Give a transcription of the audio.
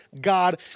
God